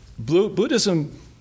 Buddhism